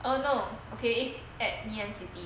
oh no okay at ngee ann city